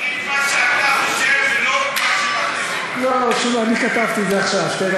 תגיד מה שאתה חושב, ולא מה שמכתיבים לך.